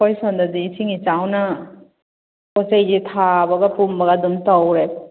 ꯑꯩꯈꯣꯏ ꯁꯣꯝꯗꯗꯤ ꯏꯁꯤꯡ ꯏꯆꯥꯎꯅ ꯄꯣꯠ ꯆꯩꯁꯤ ꯊꯥꯕꯒ ꯄꯨꯝꯕꯒ ꯑꯗꯨꯝ ꯇꯧꯔꯦ